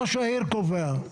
ראש העיר קובע.